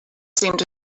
seemed